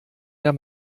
der